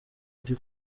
uri